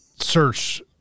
search